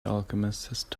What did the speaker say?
alchemist